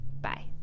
Bye